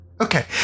Okay